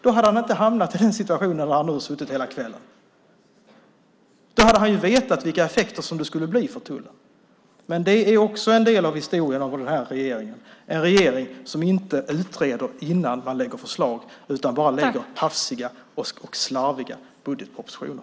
Då hade han inte hamnat i den situation som han befunnit sig i hela kvällen. Då hade han vetat vilka effekter det skulle bli för tullen. Men det är en del av historien om den här regeringen, en regering som inte utreder innan den lägger fram förslag utan bara lägger fram hafsiga och slarviga budgetpropositioner.